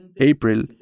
April